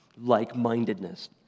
like-mindedness